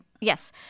Yes